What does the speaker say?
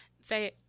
say